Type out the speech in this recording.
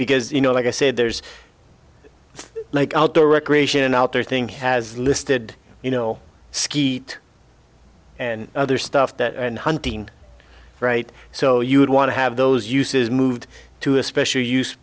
because you know like i said there's like outdoor recreation out there thing has listed you know skeet and other stuff that and hunting right so you'd want to have those uses moved to a special use